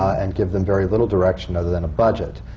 and give them very little direction, other than a budget,